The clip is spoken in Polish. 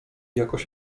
jakoś